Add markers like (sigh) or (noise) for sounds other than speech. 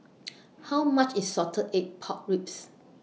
(noise) How much IS Salted Egg Pork Ribs